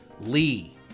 Lee